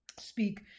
Speak